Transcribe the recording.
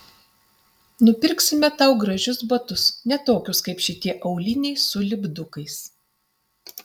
nupirksime tau gražius batus ne tokius kaip šitie auliniai su lipdukais